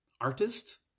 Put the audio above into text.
artists